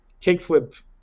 kickflip